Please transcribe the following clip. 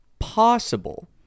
Possible